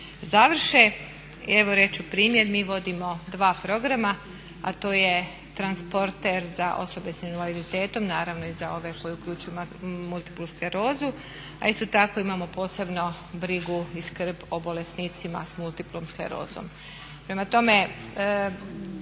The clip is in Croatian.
završe. I evo reći ću primjer, mi vodimo dva programa, a to je transporter za osobe sa invaliditetom, naravno i za ove koji uključuju multiplu sklerozu a isto tako imamo posebno brigu i skrb o bolesnicima s multiplom sklerozom. Prema tome,